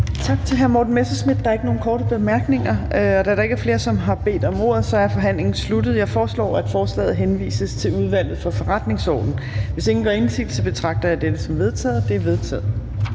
Tak til hr. Morten Messerschmidt. Der er ikke nogen korte bemærkninger. Da der ikke er flere, der har bedt om ordet, er forhandlingen sluttet. Jeg foreslår, at lovforslaget henvises til Udvalget for Forretningsordenen. Hvis ingen gør indsigelse, betragter jeg dette som vedtaget. Det er vedtaget.